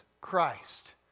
Christ